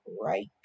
Right